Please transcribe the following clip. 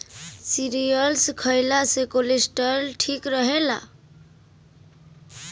cereals खइला से cholesterol ठीक रहेला